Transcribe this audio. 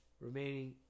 remaining